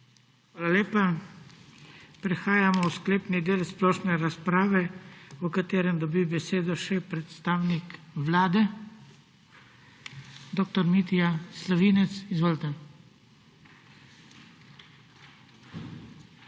Hvala lepa. Prehajamo v sklepni del splošne razprave, v kateri dobi besedo še predstavnik Vlade dr. Mitja Slavinec. Izvolite. **DR.